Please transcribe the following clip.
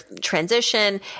transition